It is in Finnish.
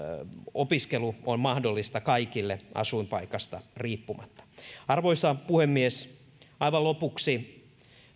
opiskelu on mahdollista kaikille asuinpaikasta riippumatta arvoisa puhemies aivan lopuksi